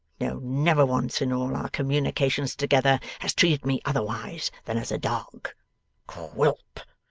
no never once, in all our communications together, has treated me otherwise than as a dog quilp,